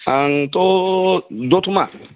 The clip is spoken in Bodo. आंथ' दत'मा